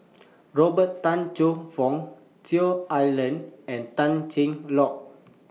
Robert Tan Choe Fook Cheong Alan and Tan Cheng Lock